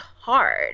hard